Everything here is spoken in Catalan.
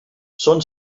són